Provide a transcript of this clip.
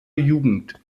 jugend